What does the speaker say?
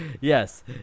Yes